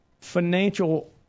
financial